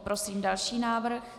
Prosím další návrh.